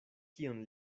kion